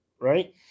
right